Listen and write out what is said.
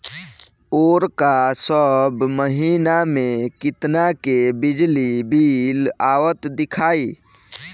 ओर का सब महीना में कितना के बिजली बिल आवत दिखाई